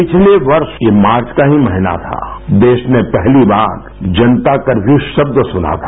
पिछले वर्ष ये मार्च का ही महीना था देश ने पहली बार जनता कर्फ्यू शब्द सुना था